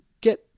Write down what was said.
get